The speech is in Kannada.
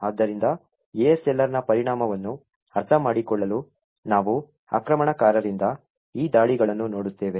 ಆದ್ದರಿಂದ ASLRನ ಪರಿಣಾಮವನ್ನು ಅರ್ಥಮಾಡಿಕೊಳ್ಳಲು ನಾವು ಆಕ್ರಮಣಕಾರರಿಂದ ಈ ದಾಳಿಗಳನ್ನು ನೋಡುತ್ತೇವೆ